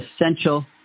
essential